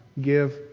give